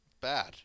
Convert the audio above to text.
Bad